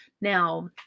Now